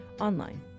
online